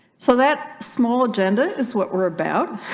so that small agenda is what we're about